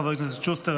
חבר הכנסת שוסטר,